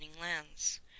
lands